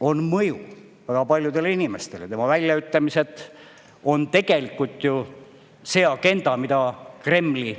on mõju väga paljudele inimestele. Tema väljaütlemised on tegelikult see agenda, mida Kremli,